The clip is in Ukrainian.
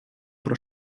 про